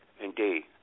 Indeed